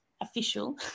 official